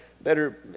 better